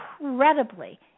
incredibly